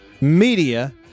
media